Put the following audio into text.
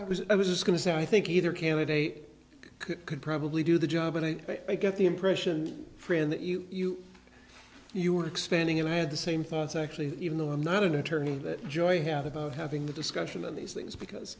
i was i was going to say i think either candidate could probably do the job and i get the impression fran that you you you are expanding and i had the same thoughts actually even though i'm not an attorney that joy i have about having the discussion of these things because